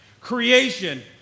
Creation